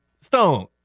Stone